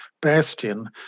bastion